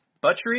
Butchery